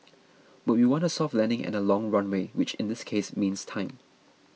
but we want a soft landing and a long runway which in this case means time